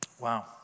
Wow